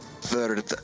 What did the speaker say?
Third